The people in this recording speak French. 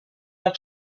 leur